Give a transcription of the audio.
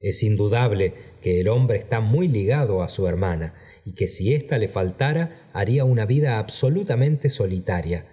es indudable que el hombre está muy ligado á su hermana y que si ésta le faltara haría una vida absolutamente solitaria